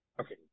Okay